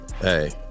hey